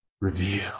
Reveal